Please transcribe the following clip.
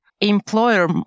employer